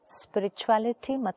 Spirituality